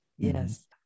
yes